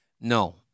No